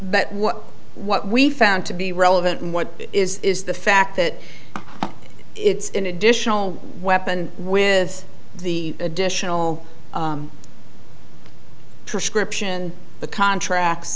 but what what we found to be relevant and what is the fact that it's an additional weapon with the additional prescription the contracts